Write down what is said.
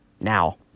Now